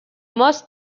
most